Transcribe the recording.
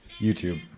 YouTube